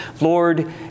Lord